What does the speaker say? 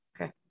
Okay